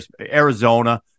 Arizona